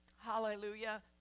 Hallelujah